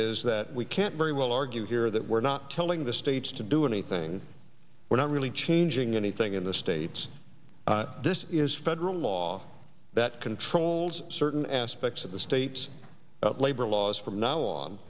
is that we can't very well argue here that we're not telling the states to do anything we're not really changing anything in the states this is federal law that controls certain aspects of the state's labor laws from now on